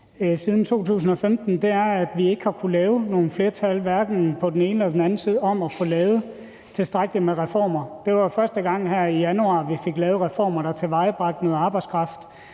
siden 2015, at vi hverken i den ene eller den anden side af salen har kunnet danne et flertal om at få lavet tilstrækkeligt med reformer. Det var første gang her i januar, at vi fik lavet reformer, der tilvejebragte noget arbejdskraft,